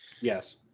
Yes